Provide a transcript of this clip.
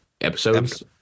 episodes